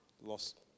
lost